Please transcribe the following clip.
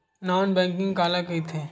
Non banking काला कइथे?